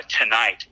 tonight